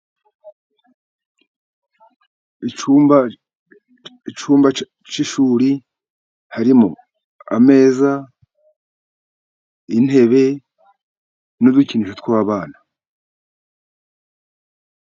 Icyumba cy'ishuri harimo ameza, intebe n'udukinisho tw'abana.